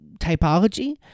typology